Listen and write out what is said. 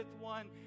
one